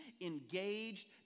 engaged